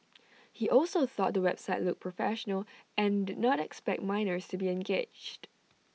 he also thought the website looked professional and did not expect minors to be engaged